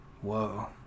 Whoa